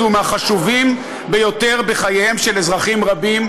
הוא מהחשובים ביותר בחייהם של אזרחים רבים.